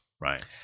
right